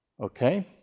Okay